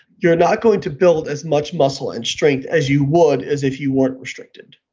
you're not going to build as much muscle and strength as you would as if you weren't restricted.